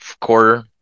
quarter